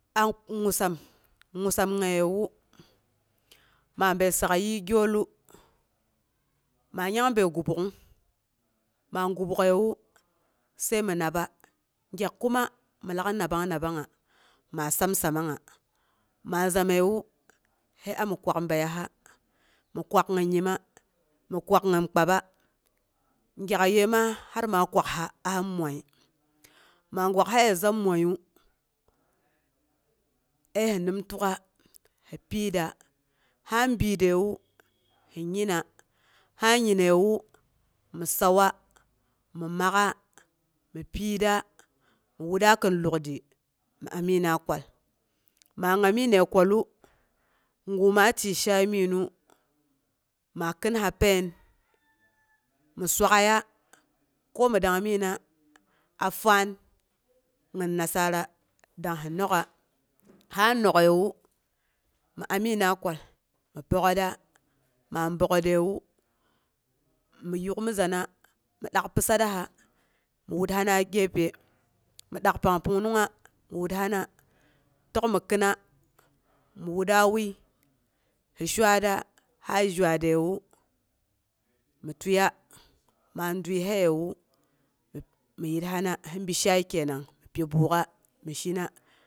Amusam musam ngayewu, ma bəi sak yiigyollu, ma nyangbəi gubuk'ung ma gubuk'əiwu, sai mi nabba. Gyak kuma mɨn lak nabang- nabangnga, ma samsamangnga, ma zamaəiwi, sai ami kwak bəiyaha, mi kwak gin nyima, mi kwakgin kpaba, gyakyəi ma har ma kwak'ha aham moi. Ma gwakhaye zam moiyu, əi hi nim tuk'a, hi pilitra, ha biitrewu sɨ nyina, sa nyiiyewu mi səuwa, mi maka mi piitra mi wutra kin lukdi mi amiina kwal. Ma ngamiine kwallu, gu ma tiei shaai miginu, ma kinha pain mi swak'aiya, ko mi dangmina a faan nim nasara dang hi nok'a, nok'əiwu, mi aminna kwal mi pok'otra, ma bəok'ətrewu, mi yukmiyana midak pasatraha mi wuthana gefe. mi dak pang punungnge mi wuthana tək mi kɨnna, mi wuda wui, hi sherara, a zwarewu, mi tieya, ma zwarewu, mi tieya, ma tiei hayewu, mi yirhana, hibishai kenang. mi pi buk'ami shina